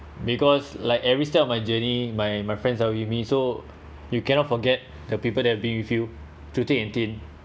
because like every stage of my journey my my friends are with me so you cannot forget the people that be with you through thick and thin